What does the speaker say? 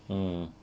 mm